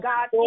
God